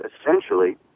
essentially